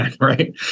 right